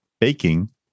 baking